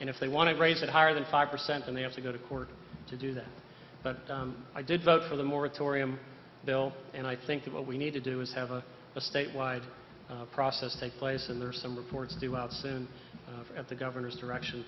and if they want to raise it higher than five percent and they have to go to court to do that but i did vote for the moratorium bill and i think that what we need to do is have a statewide process take place and there are some reports due out soon at the governor's direction